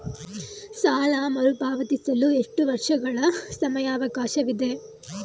ಸಾಲ ಮರುಪಾವತಿಸಲು ಎಷ್ಟು ವರ್ಷಗಳ ಸಮಯಾವಕಾಶವಿದೆ?